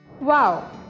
Wow